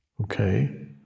Okay